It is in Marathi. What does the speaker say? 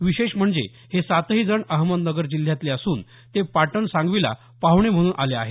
विशेष म्हणजे हे सातही जण अहमदनगर जिल्ह्यातले असून ते पाटण सांगवीला पाहणे म्हणून आलेले आहेत